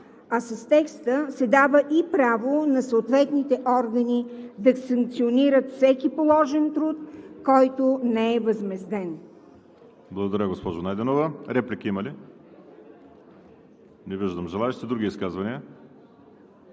С текста се дава и право на съответните органи да санкционират всеки положен труд, който не е възмезден.